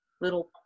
little